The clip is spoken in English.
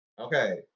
okay